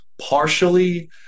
partially